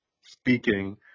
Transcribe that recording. speaking